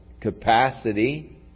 capacity